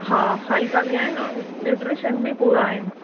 हा हलका बि आहिनि ऐं न्यूट्रिशन बि पूरा आहिनि